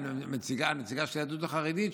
הנציגה של היהדות החרדית,